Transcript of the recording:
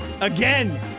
again